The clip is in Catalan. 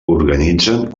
organitzen